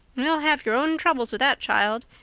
you'll have your own troubles with that child.